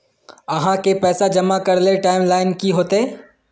आहाँ के पैसा जमा करे ले टाइम लाइन की होते?